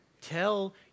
Tell